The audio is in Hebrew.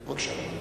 בבקשה.